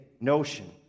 notion